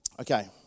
Okay